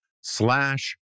slash